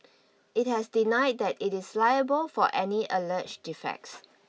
it has denied that it is liable for any alleged defects